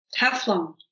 Teflon